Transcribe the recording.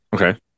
Okay